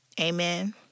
Amen